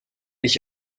ich